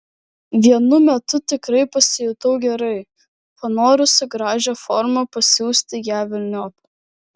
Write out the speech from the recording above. vienu metu tikrai pasijutau gerai panorusi gražia forma pasiųsti ją velniop